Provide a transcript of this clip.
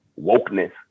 wokeness